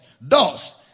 Thus